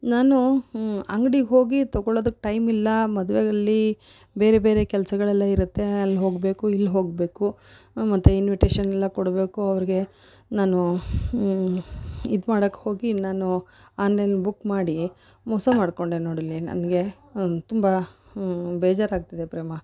ನಾನು ಅಂಗ್ಡಿಗೆ ಹೋಗಿ ತೊಗೊಳ್ಳೋದಕ್ಕೆ ಟೈಮ್ ಇಲ್ಲ ಮದುವೆಯಲ್ಲಿ ಬೇರೆ ಬೇರೆ ಕೆಲಸಗಳೆಲ್ಲ ಇರುತ್ತೆ ಅಲ್ಲಿ ಹೋಗಬೇಕು ಇಲ್ಲಿ ಹೋಗಬೇಕು ಮತ್ತೆ ಇನ್ವಿಟೇಶನ್ ಎಲ್ಲ ಕೊಡಬೇಕು ಅವ್ರಿಗೆ ನಾನು ಇದು ಮಾಡೋಕೆ ಹೋಗಿ ನಾನು ಆನ್ಲೈನ್ ಬುಕ್ ಮಾಡಿ ಮೋಸ ಮಾಡಿಕೊಂಡೆ ನೋಡಲ್ಲಿ ನನಗೆ ತುಂಬ ಬೇಜಾರಾಗ್ತಿದೆ ಪ್ರೇಮ